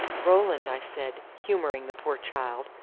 roland, i said, humoring the poor child,